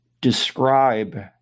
describe